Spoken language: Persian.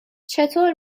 چطور